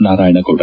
Narayana Gowda